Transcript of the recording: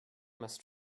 must